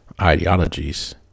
ideologies